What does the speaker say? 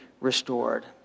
restored